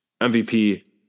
mvp